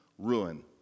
Ruin